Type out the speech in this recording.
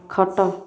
ଖଟ